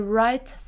right